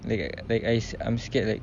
like I like I I'm scared like